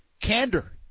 candor